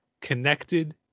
connected